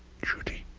judy.